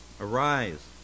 Arise